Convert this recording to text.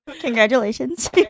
congratulations